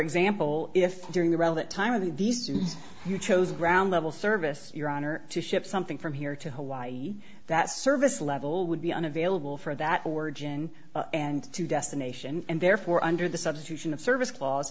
example if during the relevant time of these you chose ground level service your honor to ship something from here to hawaii that service level would be unavailable for that origin and to destination and therefore under the substitution of service clause